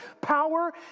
power